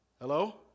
hello